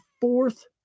fourth